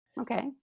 Okay